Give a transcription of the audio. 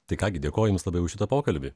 tai ką gi dėkoju jums labai už šitą pokalbį